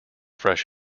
fresh